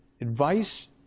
advice